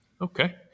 Okay